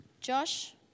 Josh